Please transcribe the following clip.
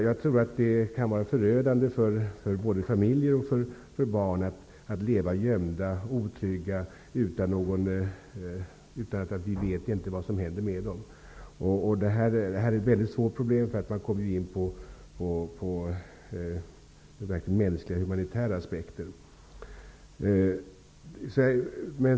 Jag tror att det kan vara förödande både för familjer och för barn att leva gömda och otrygga utan att vi vet vad som händer med dem. Detta är ett mycket svårt problem. Man kommer in på mänskliga och humanitära aspekter.